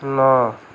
ন